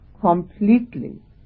completely